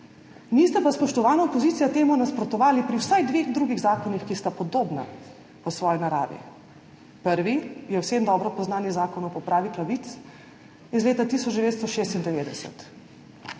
Niste pa, spoštovana opozicija, temu nasprotovali pri vsaj dveh drugih zakonih, ki sta podobna po svoji naravi. Prvi je vsem dobro poznan Zakon o popravi krivic iz leta 1996,